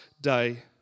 day